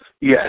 Yes